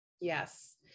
Yes